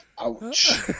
Ouch